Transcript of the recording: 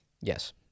yes